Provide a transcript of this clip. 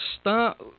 start